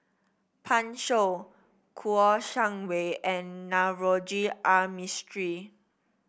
Pan Shou Kouo Shang Wei and Navroji R Mistri